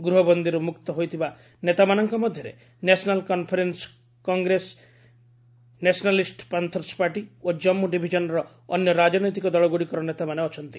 ଗୃହବନ୍ଦୀରୁ ମୁକ୍ତ ହୋଇଥିବା ନେତାମାନଙ୍କ ମଧ୍ୟରେ national conference Congress nationalist panthers party ଓ କମ୍ମୁ ଡିଭିଜନ୍ର ଅନ୍ୟ ରାଜନୈତିକ ଦଳଗୁଡ଼ିକର ନେତାମାନେ ଅଛନ୍ତି